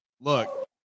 look